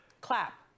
Clap